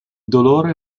dolore